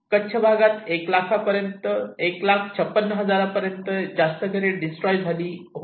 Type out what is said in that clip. कच्छ भागात 100000 एक लाख 56 हजारांपेक्षा जास्त घरे डिस्ट्रॉय झाले होते